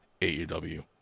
AEW